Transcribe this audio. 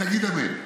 תגיד אמן.